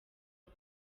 aho